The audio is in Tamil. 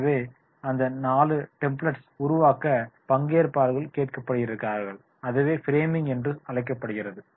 எனவே அந்த 4 டெம்ப்ளட்ஸை உருவாக்க பங்கேற்பாளர்கள் கேட்கப்பட்டுயிருக்கின்றன அதுவே ஃப்ரேமிங் என்று அழைக்கப்படுகிறது